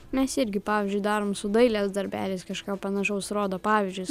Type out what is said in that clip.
mes irgi pavyzdžiui darom su dailės darbeliais kažką panašaus rodo pavyzdžius